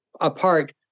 apart